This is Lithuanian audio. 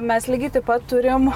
mes lygiai taip pat turim